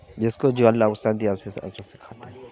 جس کو جو اللہ وسعت دیا ہے اس حساب سے کھاتے ہیں